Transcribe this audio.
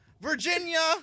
Virginia